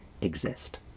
exist